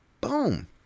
Boom